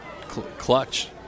clutch